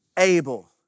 Abel